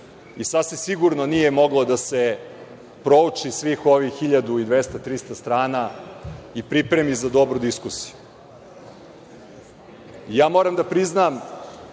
Sasvim sigurno nije moglo da se prouči svih ovih 1.200-1.300 strana i pripremi za dobru diskusiju. Moram da priznam,